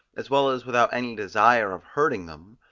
as well as without any desire of hurting them,